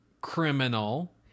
criminal